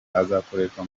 azakoreshwa